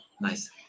nice